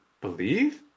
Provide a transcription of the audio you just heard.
believe